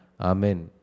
Amen